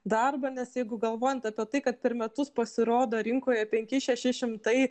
darbą nes jeigu galvojant apie tai kad per metus pasirodo rinkoje penki šeši šimtai